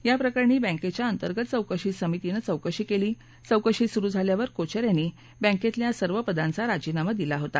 या प्रकरणी बँकेच्या अंतर्गत चौकशी समितीनं चौकशी केली चौकशी सुरू झाल्यावर कोचर यांनी बँकेतल्या सर्व पदांचा राजीनामा दिला होता